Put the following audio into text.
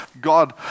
God